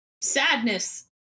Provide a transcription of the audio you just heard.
sadness